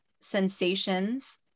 sensations